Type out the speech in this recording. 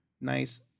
nice